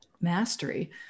mastery